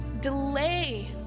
delay